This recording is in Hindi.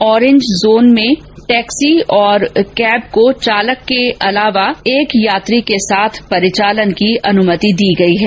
ओरेंज जोन में टैक्सी और कैब को चालक के अलावा एक यात्री के साथ परिचालन की अनुमति होगी